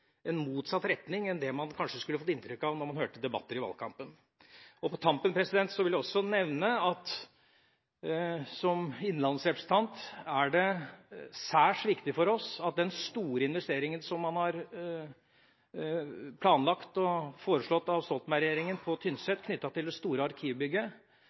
en motsatt retning av det man kanskje kunne få inntrykk av når man hørte debatter i valgkampen. På tampen vil jeg som innlandsrepresentant også nevne at det er særs viktig for oss at den store investeringen som man har planlagt, og som ble foreslått av Stoltenberg-regjeringa, på Tynset – knyttet til det store arkivbygget